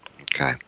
Okay